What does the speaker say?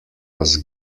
was